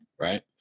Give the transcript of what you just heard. right